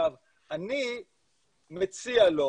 אני מציע לו,